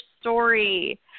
story